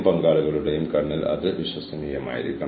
എന്താണ് ചെയ്യേണ്ടതെന്ന് അവർ അറിയണം